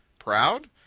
proud?